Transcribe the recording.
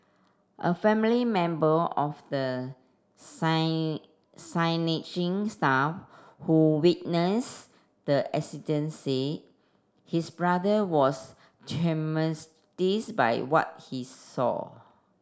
a family member of the staff who witness the accident said his brother was by what he saw